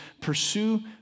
pursue